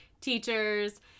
teachers